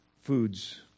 foods